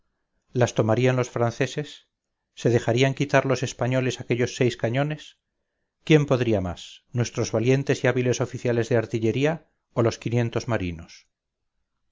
las tomarían los franceses se dejarían quitar los españoles aquellos seis cañones quién podría más nuestros valientes y hábiles oficiales de artillería o los quinientos marinos